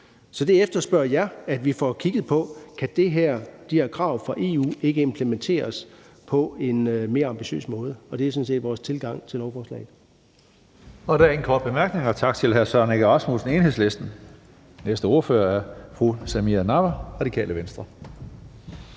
Så jeg efterspørger, at vi får kigget på, om de her krav fra EU ikke kan implementeres på en mere ambitiøs måde, og det er sådan set vores tilgang til lovforslaget.